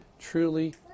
truly